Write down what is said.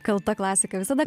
kalta klasika visada